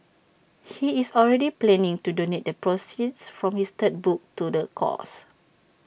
he is already planning to donate the proceeds from his third book to the cause